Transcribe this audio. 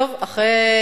אחרי